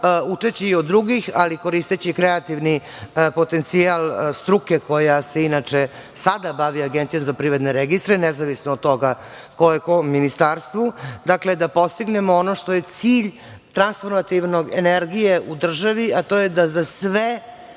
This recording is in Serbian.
učeći od drugih, ali koristeći i kreativni potencijal struke koja se inače sada bavi APR, nezavisno od toga ko je u kom Ministarstvu, dakle da postignemo ono što je cilj transfomativnog energije u državi, a to je da za sve